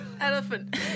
Elephant